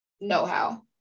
know-how